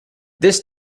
this